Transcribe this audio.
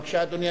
בבקשה, אדוני.